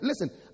Listen